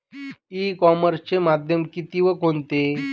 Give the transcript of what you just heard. E कॉमर्सचे माध्यम किती व कोणते?